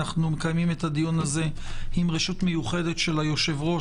אנחנו מקימים את הדיון הזה עם רשות מיוחדת של היושב-ראש,